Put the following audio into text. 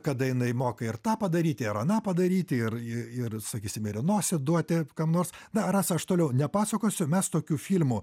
kada jinai moka ir tą padaryti ar aną padaryti ir ir sakysim ir į nosį duoti kam nors na rasa aš toliau nepasakosiu mes tokių filmų